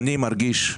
אני מרגיש,